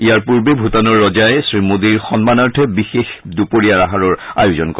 ইয়াৰ পূৰ্বে ভূটানৰ ৰজাই শ্ৰীমোদীৰ সন্মানাৰ্থে বিশেষ দুপৰীয়াৰ আহাৰৰ আয়োজন কৰে